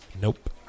Nope